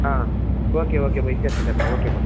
okay okay బా ఇచ్చేస్తానులే బా ఓకే బా